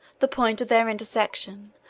the point of their intersection,